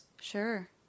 Sure